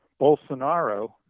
Bolsonaro